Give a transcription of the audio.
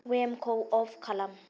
वेमखौ अफ खालाम